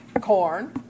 corn